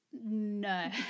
no